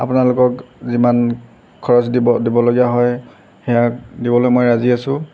আপোনালোকক যিমান খৰচ দিব দিবলগীয়া হয় সেয়া দিবলৈ মই ৰাজি আছোঁ